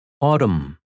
Autumn